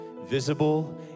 visible